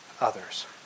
others